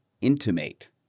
intimate